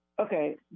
Okay